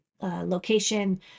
location